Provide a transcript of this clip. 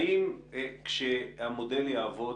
האם כשהמודל יעבוד